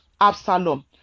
Absalom